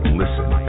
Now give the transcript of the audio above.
listen